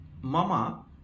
mama